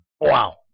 Wow